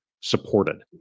supported